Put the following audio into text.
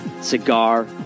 Cigar